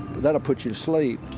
that'll put you to sleep